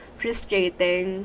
frustrating